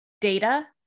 data